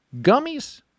gummies